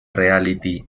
reality